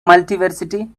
multiversity